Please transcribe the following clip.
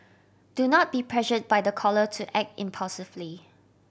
do not be pressured by the caller to act impulsively